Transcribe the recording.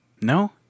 No